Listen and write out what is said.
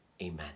Amen